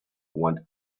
want